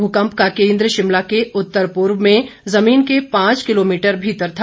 भूकंप का केंद्र शिमला के उत्तर पूर्व में जमीन के पांच किलोमीटर भीतर था